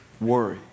Worry